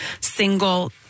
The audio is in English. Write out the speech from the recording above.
single